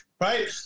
right